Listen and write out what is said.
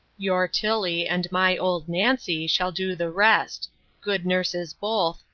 your tilly and my old nancy shall do the rest good nurses both,